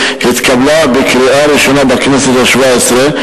התקבלה בקריאה ראשונה בכנסת השבע-עשרה,